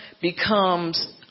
becomes